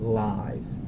lies